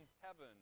heaven